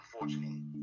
unfortunately